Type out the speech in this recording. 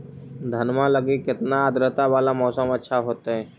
धनमा लगी केतना आद्रता वाला मौसम अच्छा होतई?